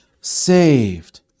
saved